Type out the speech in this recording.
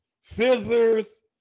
scissors